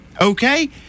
Okay